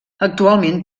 actualment